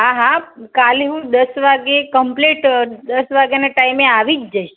હા હા કાલે હું દસ વાગે કમ્પ્લેટ દસ વાગ્યાના ટાઇમે આવી જ જઈશ